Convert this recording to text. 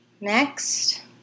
Next